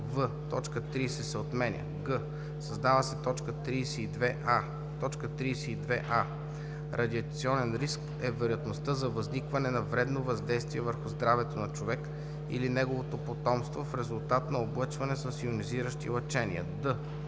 в) точка 30 се отменя; г) създава се т. 32а: „32а. „Радиационен риск“ е вероятността за възникване на вредно въздействие върху здравето на човек или неговото потомство в резултат на облъчване с йонизиращи лъчения.“;